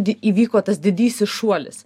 įvyko tas didysis šuolis